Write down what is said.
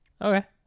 Okay